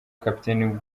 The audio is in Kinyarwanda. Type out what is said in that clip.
kapiteni